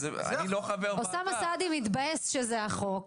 אוסאמה סעדי מתבאס שזה החוק,